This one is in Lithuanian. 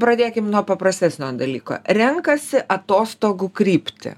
pradėkim nuo paprastesnio dalyko renkasi atostogų kryptį